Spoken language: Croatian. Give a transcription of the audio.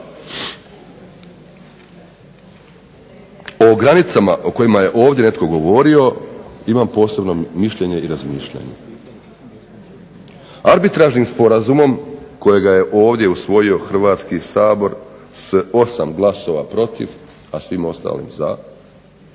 o granicama o kojima je ovdje netko govorio imam posebno mišljenje i razmišljanje. Arbitražnim sporazumom kojega je ovdje usvojio Hrvatski sabor s 8 glasova protiv, a svim ostalim za